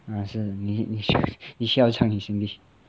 啊是你你需要唱 in singlish